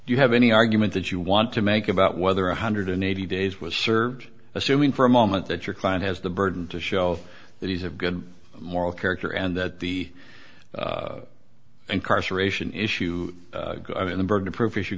you have any argument that you want to make about whether a hundred and eighty days was served assuming for a moment that your client has the burden to show that he's of good moral character and that the incarceration issue in the burden of proof